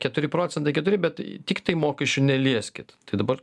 keturi procentai keturi bet tiktai mokesčių nelieskit tai dabar